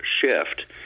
shift